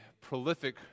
prolific